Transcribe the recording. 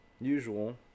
usual